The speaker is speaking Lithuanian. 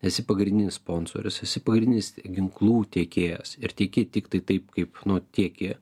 esi pagrindinis sponsorius esi pagrindinis ginklų tiekėjas ir tieki tiktai taip kaip nu tieki